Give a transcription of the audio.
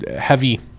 heavy